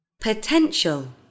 potential